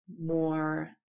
more